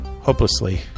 hopelessly